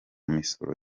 misoro